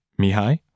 Mihai